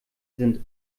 sind